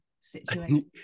situation